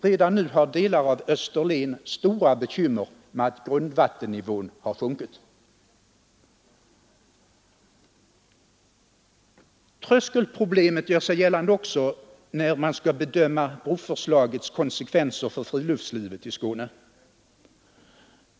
Redan nu har delar av Österlen stora bekymmer med att grundvattennivåerna har sjunkit. Tröskelproblemet gör sig gällande också när man skall bedöma broförslagets konsekvenser för friluftslivet i Skåne.